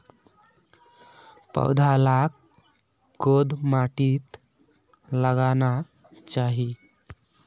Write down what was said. पौधा लाक कोद माटित लगाना चही?